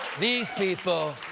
these people,